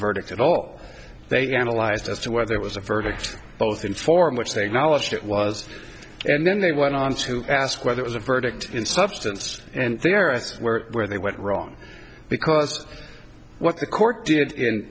verdict at all they analyzed as to whether it was a verdict both in form which they acknowledged it was and then they went on to ask whether it was a verdict in substance and there is where where they went wrong because what the court did in